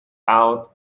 out